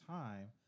time